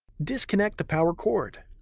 disconnect the power cord.